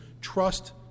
trust